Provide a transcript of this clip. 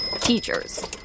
Teachers